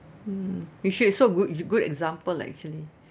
mm you should it's so good it's good example actually